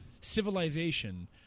civilization